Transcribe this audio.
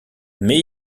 mais